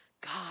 God